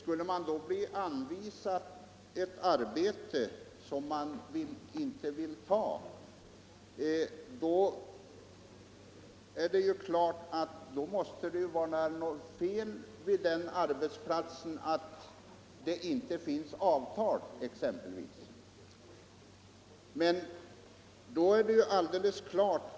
Vill man inte ta ett arbete som man blir anvisad därför att det inte finns något avtal på den arbetsplatsen, är det naturligtvis något fel på arbetsplatsen.